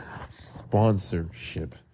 sponsorship